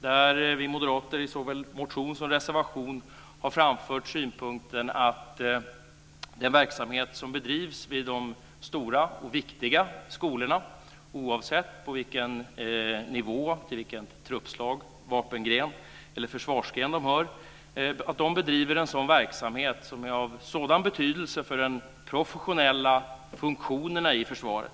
Där har vi moderater i såväl en motion som en reservation framfört synpunkten att den verksamhet som bedrivs vid de stora och viktiga skolorna, oavsett nivå och oavsett truppslag eller vapen eller försvarsgren, bedriver en verksamhet som är av sådan betydelse för de professionella funktionerna i försvaret.